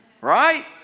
Right